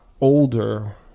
older